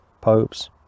popes